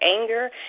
anger